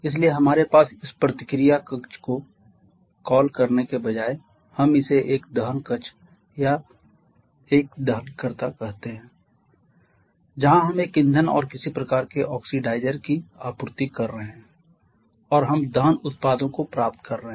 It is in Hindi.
इसलिए हमारे पास इस प्रतिक्रिया कक्ष को कॉल करने के बजाय हम इसे एक दहन कक्ष या एक दहनकर्ता कहते हैं जहां हम एक ईंधन और किसी प्रकार के ऑक्सीडाइज़र की आपूर्ति कर रहे हैं और हम दहन उत्पादों को प्राप्त कर रहे हैं